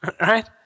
Right